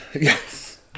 Yes